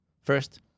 First